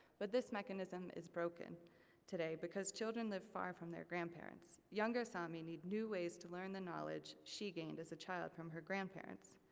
but this mechanism is broken today because children live far from their grandparents. younger sami need new ways to learn the knowledge she gained as a child from her grandparents.